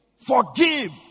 Forgive